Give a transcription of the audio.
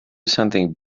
something